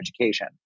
education